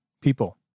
people